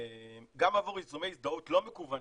גם עבור יישומי הזדהות לא מקוונים,